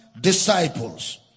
disciples